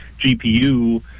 GPU